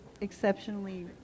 exceptionally